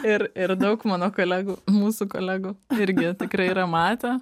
ir ir daug mano kolegų mūsų kolegų irgi tikrai yra matę